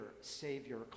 savior